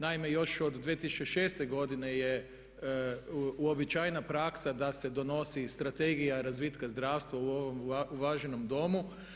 Naime još od 2006. godine je uobičajena praksa da se donosi Strategija razvitka zdravstva u ovom uvaženom Domu.